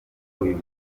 uyu